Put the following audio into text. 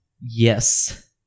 Yes